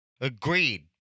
Agreed